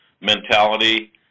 mentality